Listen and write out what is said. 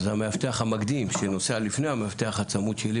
אז המאבטח המקדים שנוסע לפני המאבטח הצמוד שלי,